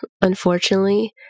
unfortunately